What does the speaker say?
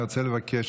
אני רוצה לבקש,